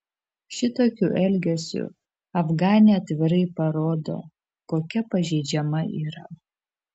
šitokiu elgesiu afganė atvirai parodo kokia pažeidžiama yra